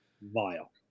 vile